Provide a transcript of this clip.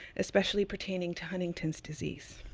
especially pertaining to huntington's disease.